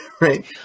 right